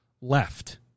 left